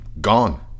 Gone